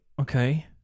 Okay